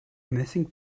missing